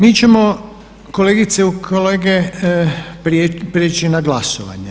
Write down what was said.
Mi ćemo kolegice i kolege prijeći na glasovanje.